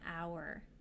hour